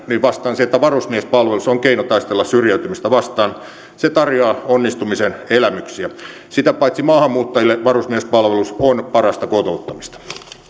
siihen että varusmiespalvelus on keino taistella syrjäytymistä vastaan se tarjoaa onnistumisen elämyksiä sitä paitsi maahanmuuttajille varusmiespalvelus on parasta kotouttamista